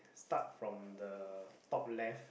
start from the top left